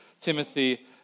Timothy